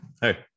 Hey